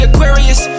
Aquarius